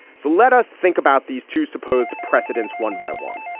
so let us think about these two supposed precedents one by one.